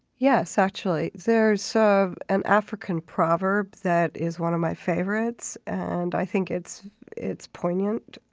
yes, actually. there's so an african proverb that is one of my favorites, and i think it's it's poignant.